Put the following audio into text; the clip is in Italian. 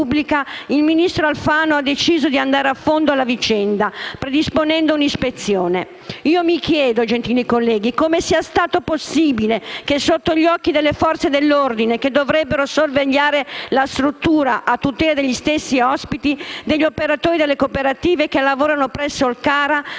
il ministro Alfano ha deciso di andare a fondo nella vicenda, predisponendo un'ispezione. Io mi chiedo, gentili colleghi, come sia stato possibile che sotto gli occhi delle Forze dell'ordine che dovrebbero sorvegliare la struttura a tutela degli stessi ospiti, degli operatori delle cooperative che lavorano presso il CARA